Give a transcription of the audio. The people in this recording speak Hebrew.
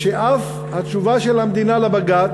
ואף התשובה של המדינה לבג"ץ,